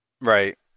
Right